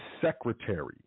secretary